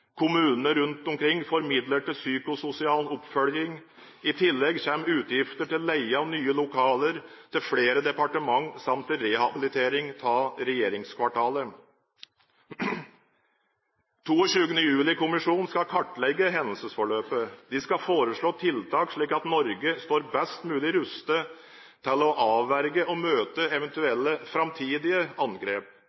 Kommunene rundt omkring får midler til psykososial oppfølging. I tillegg kommer utgifter til leie av nye lokaler, til flere departementer samt til rehabilitering av regjeringskvartalet. 22. juli-kommisjonen skal kartlegge hendelsesforløpet. De skal foreslå tiltak, slik at Norge står best mulig rustet til å avverge og møte